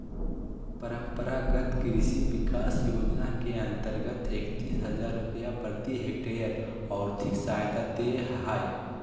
परम्परागत कृषि विकास योजना के अंतर्गत एकतीस हजार रुपया प्रति हक्टेयर और्थिक सहायता दे हइ